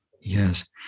Yes